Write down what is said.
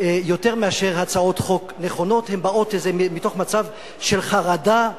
יותר משהן הצעות חוק נכונות הן באות מתוך מצב של חרדה.